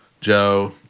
Joe